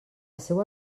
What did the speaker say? seua